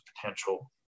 potential